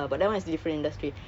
ya ang mo kio